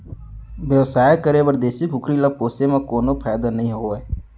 बेवसाय करे बर देसी कुकरी ल पोसे म कोनो फायदा नइ होवय